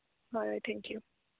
ꯐꯔꯦ ꯊꯦꯡꯀ꯭ꯌꯨ